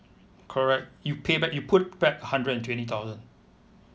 correct you payback you put back hundred and twenty thousand